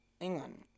England